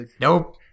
Nope